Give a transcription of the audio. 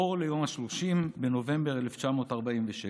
אור ליום ה-30 בנובמבר 1947,